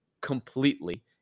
completely